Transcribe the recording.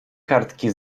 kartki